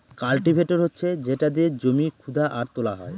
cultivator হচ্ছে যেটা দিয়ে জমি খুদা আর তোলা হয়